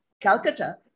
Calcutta